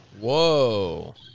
Whoa